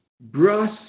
brass